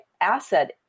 asset